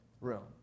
room